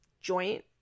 joint